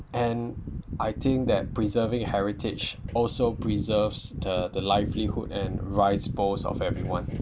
and I think that preserving heritage also preserves the livelihood and rice bowls of everyone